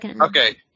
okay